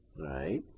right